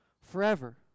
forever